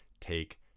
take